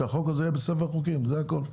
שהחוק הזה יהיה בספר החוקים זה הכל,